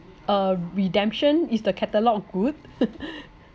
uh redemption is the catalogue good